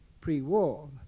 pre-war